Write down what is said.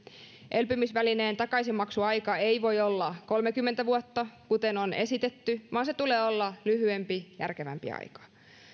elpymisvälineen takaisinmaksuaika ei voi olla kolmekymmentä vuotta kuten on esitetty vaan sen tulee olla lyhyempi järkevämpi aika